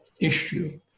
issue